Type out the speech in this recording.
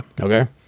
okay